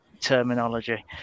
terminology